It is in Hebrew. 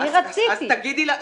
אני רציתי, החוק שלי קלע לזה.